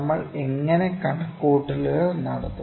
നമ്മൾ എങ്ങനെ കണക്കുകൂട്ടലുകൾ നടത്തും